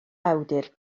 awdur